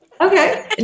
Okay